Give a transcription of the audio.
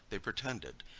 they pretended,